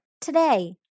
today